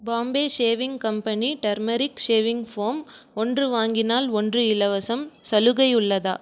Bombay shaving company turmeric shaving foam ஒன்று வாங்கினால் ஒன்று இலவசம் சலுகை உள்ளதா